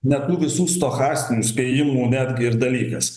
ne tų visų stochastinių spėjimų netgi ir dalykas